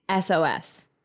SOS